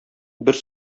бер